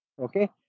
Okay